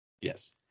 Yes